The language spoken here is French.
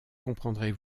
comprendrez